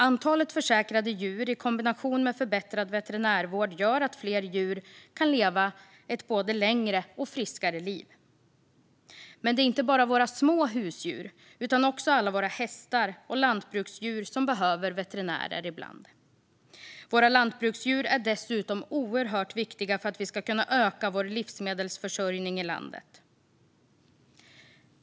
Antalet försäkrade djur i kombination med förbättrad veterinärvård gör att fler djur kan leva ett både längre och friskare liv. Men det är inte bara våra små husdjur utan också alla våra hästar och lantbruksdjur som behöver veterinärer ibland. Våra lantbruksdjur är dessutom oerhört viktiga för att vi ska kunna öka vår livsmedelsförsörjning i landet.